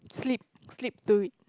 sleep sleep through it